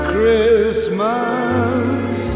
Christmas